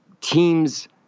teams